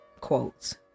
quotes